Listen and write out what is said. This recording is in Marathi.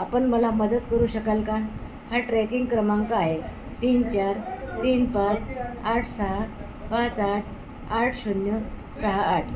आपण मला मदत करू शकाल का हा ट्रॅकिंग क्रमांक आहे तीन चार तीन पाच आठ सहा पाच आठ आठ शून्य सहा आठ